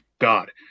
God